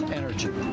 energy